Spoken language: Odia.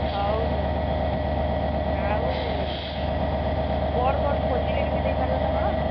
ହଉ ହଉ ଆଉ ବଡ଼ ବଡ଼ ଭୋଜିିରେ ବି ଦେଇପାରିବେ ତ ମ୍ୟାଡମ୍